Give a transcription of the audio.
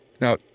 Now